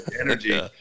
Energy